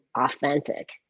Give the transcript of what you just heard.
authentic